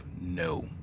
No